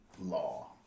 law